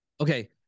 Okay